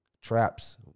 traps